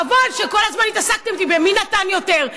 חבל שכל הזמן התעסקת איתי במי נתן יותר,